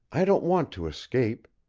i don't want to escape.